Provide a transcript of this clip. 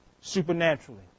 supernaturally